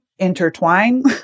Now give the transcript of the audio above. intertwine